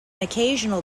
occasional